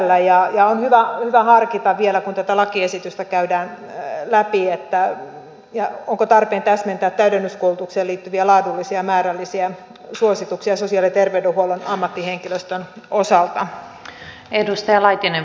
ja on hyvä harkita vielä kun tätä lakiesitystä käydään läpi onko tarpeen täsmentää täydennyskoulutukseen liittyviä laadullisia ja määrällisiä suosituksia sosiaali ja terveydenhuollon ammattihenkilöstön osalta